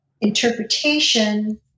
interpretation